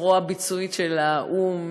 זרוע ביצועית של האו"ם,